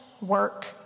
work